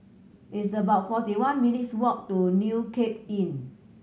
it's about forty one minutes' walk to New Cape Inn